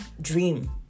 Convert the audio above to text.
dream